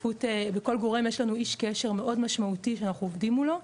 בכל גורם יש לנו איש קשר מאוד משמעותי שאנחנו עובדים מולו,